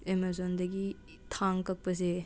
ꯑꯦꯃꯦꯖꯣꯟꯗꯒꯤ ꯊꯥꯡ ꯀꯛꯄꯁꯦ